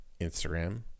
Instagram